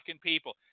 people